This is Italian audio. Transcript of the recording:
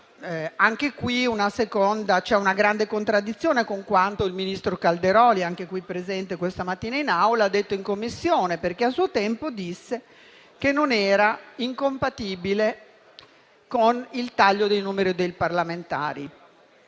dimostra una grande contraddizione con quanto il ministro Calderoli, anch'egli presente questa mattina in Aula, ha detto in Commissione, perché a suo tempo disse che la loro presenza non era incompatibile con il taglio del numero dei parlamentari.